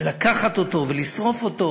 ולקחת אותו ולשרוף אותו.